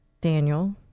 Daniel